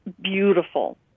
beautiful